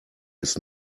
ist